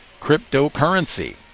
cryptocurrency